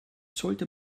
sollte